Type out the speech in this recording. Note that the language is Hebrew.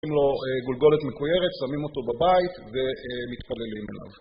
שמים לו גולגולת מכוירת, שמים אותו בבית ומתפללים עליו.